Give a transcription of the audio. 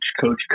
coach